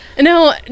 No